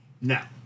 Now